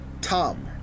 Tom